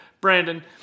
Brandon